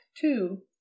Two